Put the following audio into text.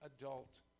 adult